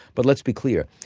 but let's be clear.